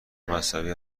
مذهبی